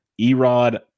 Erod